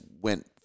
went